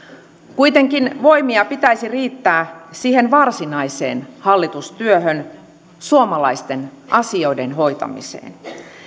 kuitenkin voimia pitäisi riittää siihen varsinaiseen hallitustyöhön suomalaisten asioiden hoitamiseen